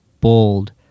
bold